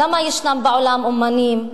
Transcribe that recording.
למה ישנם בעולם אמנים,